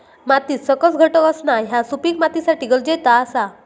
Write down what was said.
मातीत सकस घटक असणा ह्या सुपीक मातीसाठी गरजेचा आसा